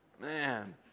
Man